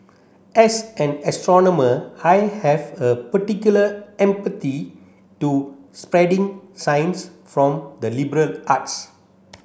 as an astronomer I have a particular empathy to spreading science from the liberal arts